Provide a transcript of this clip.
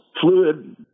fluid